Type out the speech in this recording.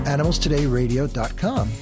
AnimalstodayRadio.com